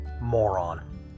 moron